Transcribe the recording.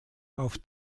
auf